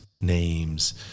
names